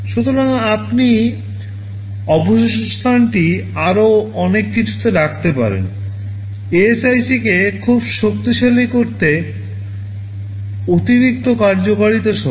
সুতরাং আপনি অবশিষ্ট স্থানটি আরও অনেক কিছুতে রাখতে পারেন ASIC কে খুব শক্তিশালী করতে অতিরিক্ত কার্যকারিতা সহ